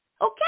okay